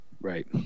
Right